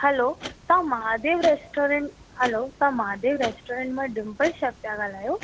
हलो तव्हां Mahadev restaurant hello तव्हां Mahadev restaurant मां डिम्पल शेफ़ था ॻाल्हायो